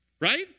right